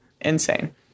insane